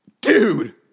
Dude